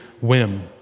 whim